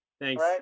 thanks